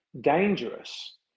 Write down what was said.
dangerous